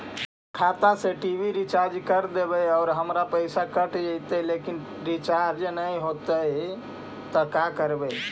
अगर खाता से टी.वी रिचार्ज कर देबै और हमर पैसा कट जितै लेकिन रिचार्ज न होतै तब का करबइ?